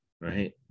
Right